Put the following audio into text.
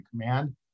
Command